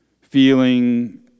Feeling